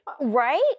Right